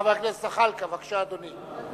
חבר הכנסת זחאלקה, בבקשה, אדוני.